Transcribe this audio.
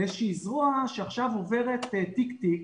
לאיזה שהיא זרוע שעכשיו עוברת תיק תיק